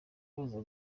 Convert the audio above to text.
baza